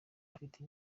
afite